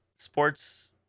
Sports